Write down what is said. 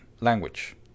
language